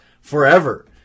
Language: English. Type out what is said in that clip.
forever